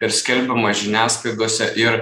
ir skelbiama žiniasklaidose ir